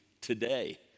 today